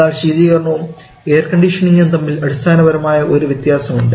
എന്നാൽ ശീതികരണവും എയർകണ്ടീഷനിങ്ങും തമ്മിൽ അടിസ്ഥാനപരമായ ഒരു വ്യത്യാസമുണ്ട്